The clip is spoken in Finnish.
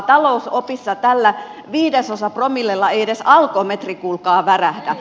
talousopissa tällä viidesosapromillella ei edes alkometri kuulkaa värähdä